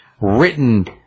written